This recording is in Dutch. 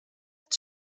het